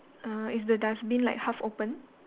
uh is the dustbin like half opened